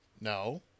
No